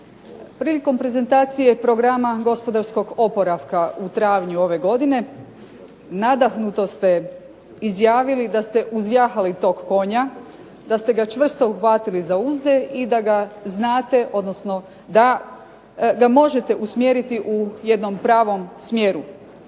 Prilikom prezentacije programa gospodarskog oporavka u travnju ove godine nadahnuto ste izjavili da ste uzjahali tog konja, da ste ga čvrsto uhvatili za uzde i da ga znate, odnosno da možete usmjeriti u jednom pravom smjeru.